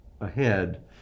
ahead